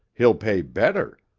he'll pay better.